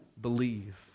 believe